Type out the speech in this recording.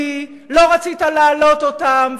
התחבאת מאחורי גבי, לא רצית להעלות אותם.